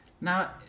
Now